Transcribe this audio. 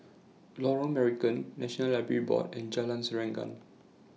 Lorong Marican National Library Board and Jalan Serengam